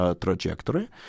trajectory